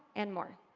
and more.